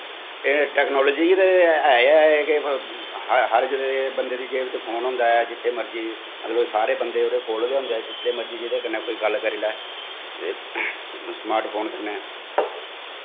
एह् टैकनॉलजी ते है ऐ कि हर बंदे दी जेब च फोन होंदा ऐ जित्थें मर्जी मतलब सारे बंदे गै कोल गै होंदे जिसलै मर्जी जेह्दे कन्नै कोई गल्ल करी लै ते स्मार्टफोन कन्नै